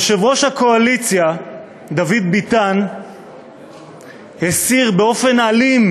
יושב-ראש הקואליציה דוד ביטן הסיר באופן אלים